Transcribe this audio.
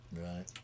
Right